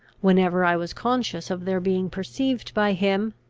whenever i was conscious of their being perceived by him,